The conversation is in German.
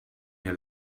mir